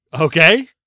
Okay